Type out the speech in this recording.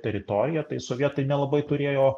teritoriją tai sovietai nelabai turėjo